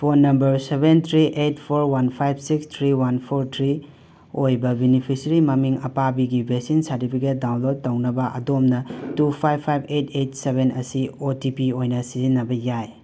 phone number seven three eight four one five six three one four three ꯑꯣꯏꯕ beneficiary ꯃꯃꯤꯡ ꯑꯄꯥꯕꯤꯒꯤ ꯕꯦꯁꯤꯟ certificate download ꯇꯧꯅꯕ ꯑꯗꯣꯝꯅ two five five eight eight seven ꯑꯁꯤ O T P ꯑꯣꯏꯅ ꯁꯤꯖꯤꯟꯅꯕ ꯌꯥꯏ